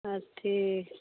हँ ठीक